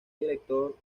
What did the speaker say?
director